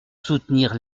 soutenir